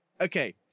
Okay